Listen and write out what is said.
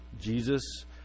Jesus